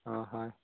অঁ হয়